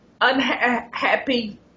unhappy